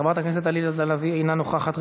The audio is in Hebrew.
חברת הכנסת עליזה לביא, אינה נוכחת.